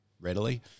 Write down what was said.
readily